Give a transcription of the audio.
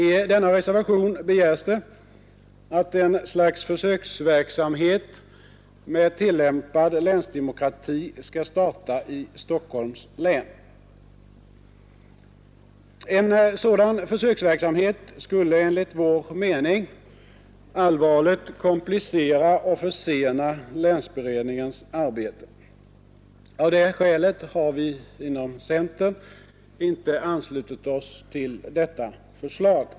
I denna reservation begärs det att ett slags försöksverksamhet med tillämpad länsdemokrati skall starta i Stockholms län. En sådan försöksverksamhet skulle enligt vår mening allvarligt komplicera och försena länsberedningens arbete. Av det skälet har vi inom centern inte anslutit oss till detta förslag.